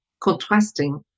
contrasting